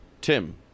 Tim